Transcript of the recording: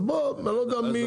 אז בוא אני לא יודע מי,